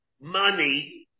money